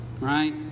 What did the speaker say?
right